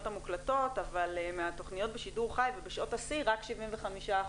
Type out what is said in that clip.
המוקלטות אבל מהתכניות בשידור חי ובשעות השיא רק 75%,